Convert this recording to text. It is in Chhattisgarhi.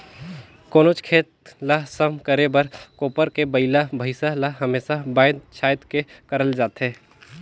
कोनोच खेत ल सम करे बर कोपर मे बइला भइसा ल हमेसा बाएध छाएद के करल जाथे